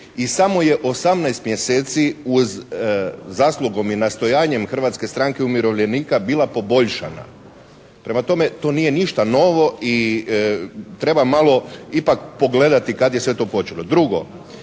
i samo je 18 mjeseci uz zaslugom i nastojanjem Hrvatske stranke umirovljenika bila poboljšana. Prema tome, to nije ništa novo i treba malo ipak pogledati kad je sve to počelo. Drugo,